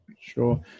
Sure